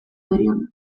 derion